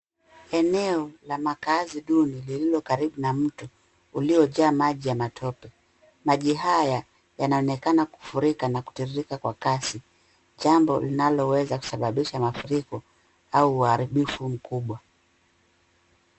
Eneo la makaazi duni lililo karibu na mto uliyojaa maji ya matope. Maji haya yanaonekana kufurika na kutirirrika kwa kasi, jambo linaloweza kusababisha mafuriko au uharibifu mkubwa.